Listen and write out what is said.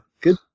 good